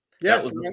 Yes